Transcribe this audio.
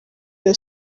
iyo